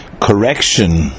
correction